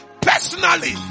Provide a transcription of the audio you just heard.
personally